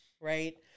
Right